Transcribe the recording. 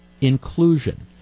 inclusion